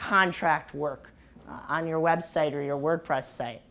contract work on your website or your wordpress s